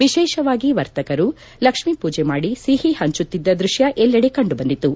ವಿಶೇಷವಾಗಿ ವರ್ತಕರು ಲಕ್ಷ್ಮೀ ಪೂಜೆ ಮಾಡಿ ಸಿಹಿ ಹಂಚುತ್ತಿದ್ದ ದೃಶ್ಯ ಎಲ್ಲೆಡೆ ಕಂಡುಬಂದಿತು